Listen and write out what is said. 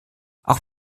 auch